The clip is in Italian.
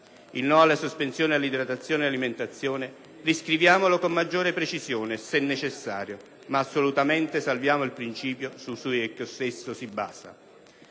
Il no alla sospensione dell'idratazione ed alimentazione riscriviamolo con maggiore precisione, se necessario, ma assolutamente salviamo il principio su cui esso di basa.